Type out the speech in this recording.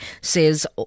says